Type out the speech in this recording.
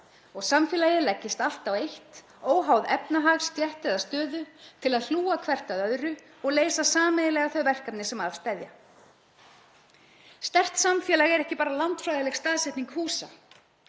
og samfélagið leggist allt á eitt óháð efnahag, stétt eða stöðu til að hlúa hvert að öðru og leysa sameiginlega þau verkefni sem að steðja. Sterkt samfélag er ekki bara landfræðileg staðsetning húsa.